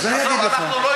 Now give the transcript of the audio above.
אז אני אגיד לך.